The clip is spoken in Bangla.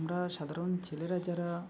আমরা সাধারণ ছেলেরা যারা